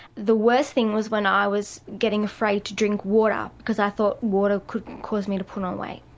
the worst thing was when i was getting afraid to drink water because i thought water could cause me to put on weight.